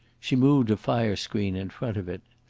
she moved a fire-screen in front of it.